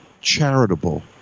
charitable